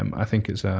um i think it's